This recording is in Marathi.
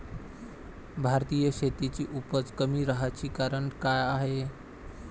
भारतीय शेतीची उपज कमी राहाची कारन का हाय?